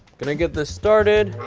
gonna get this started.